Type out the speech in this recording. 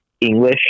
English